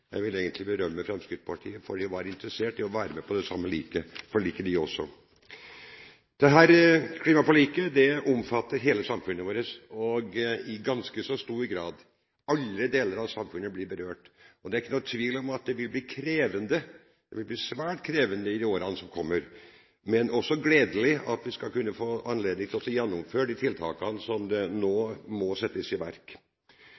Jeg vil egentlig berømme Fremskrittspartiet for at de var interessert i å være med på det samme forliket, de også. Dette klimaforliket omfatter hele samfunnet vårt. I ganske stor grad blir alle deler av samfunnet berørt. Det er ikke noen tvil om at det vil bli krevende, svært krevende, i årene som kommer. Men det er også gledelig at vi skal kunne få anledning til å gjennomføre de tiltakene som nå må settes i verk. Det